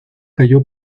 cayó